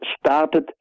started